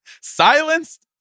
silenced